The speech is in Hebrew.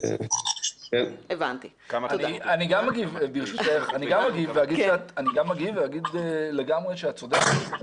ברשותך, גם אני אגיב ואומר שאת לגמרי צודקת.